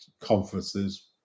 conferences